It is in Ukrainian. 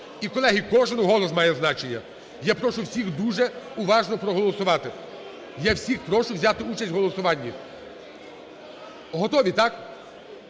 І, колеги, кожен голос має значення. Я прошу всіх дуже уважно проголосувати. Я всіх прошу взяти участь у голосуванні. Готові, так?